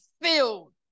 filled